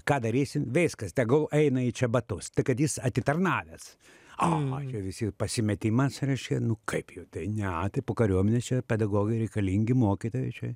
ką darysim viskas tegul eina į čiabatus kad jis atitarnavęs o čia visi pasimetimas reiškia nu kaip jau tai ne po kariuomenės čia pedagogai reikalingi mokytojai čia